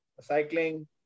cycling